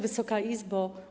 Wysoka Izbo!